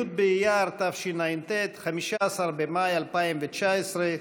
י' באייר התשע"ט (15 במאי 2019)